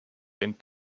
denn